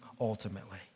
ultimately